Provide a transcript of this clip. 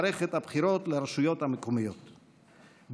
עם האזרחיות המשעממות כנראה,